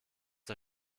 der